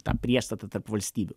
tą priešstatą tarp valstybių